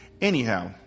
Anyhow